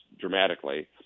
dramatically